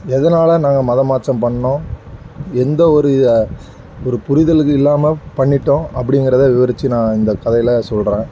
எதனால் நாங்கள் மதம் மாற்றம் பண்ணிணோம் எந்த ஒரு ஒரு புரிதலுக்கு இல்லாமல் பண்ணிவிட்டோம் அப்படிங்கறத விவரித்து நான் இந்த கதையில் சொல்கிறேன்